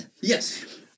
Yes